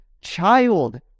child